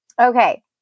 Okay